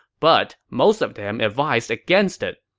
but most of them advised against it.